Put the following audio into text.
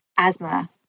asthma